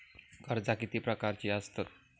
कर्जा किती प्रकारची आसतत